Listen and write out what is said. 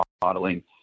modeling